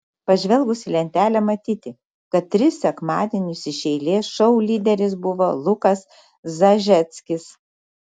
pažvelgus į lentelę matyti kad tris sekmadienius iš eilės šou lyderis buvo lukas zažeckis